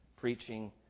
preaching